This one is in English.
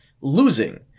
losing